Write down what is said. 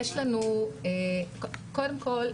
קודם כול,